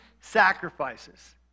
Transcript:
sacrifices